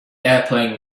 airplane